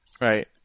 right